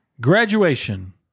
Graduation